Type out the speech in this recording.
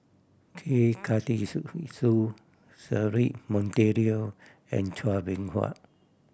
K Karthigesu Cedric Monteiro and Chua Beng Huat